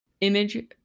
Image